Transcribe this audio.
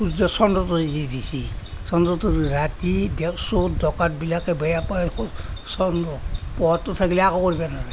সূৰ্য চন্দ্ৰটো যে দিছে চন্দ্ৰটো ৰাতি চুৰ ডকাইত বিলাকে বেয়া পায় চন্দ্ৰক পোহৰটো থাকিলে একো কৰিব নোৱাৰে